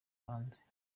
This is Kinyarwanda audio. hanze